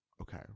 Okay